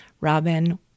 Robin